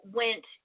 went